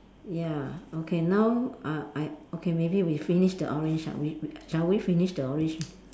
ya okay now uh I okay maybe we finish the orange ah we we shall we finish the orange